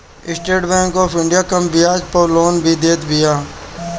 estate Bank of India कम बियाज पअ लोन भी देत बिया